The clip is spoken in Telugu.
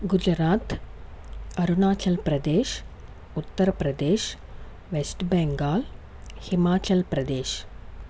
గుజరాత్ అరుణాచల్ ప్రదేశ్ ఉత్తర ప్రదేశ్ వెస్ట్ బెంగాల్ హిమాచల్ ప్రదేశ్